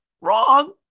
wrong